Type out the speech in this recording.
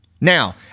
Now